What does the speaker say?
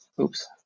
oops